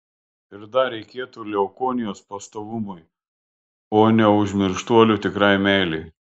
ir dar reikėtų leukonijos pastovumui o neužmirštuolių tikrai meilei